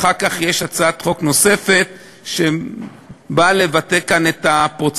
אחר כך יש הצעת חוק נוספת שבאה לבטא כאן את הפרוצדורה.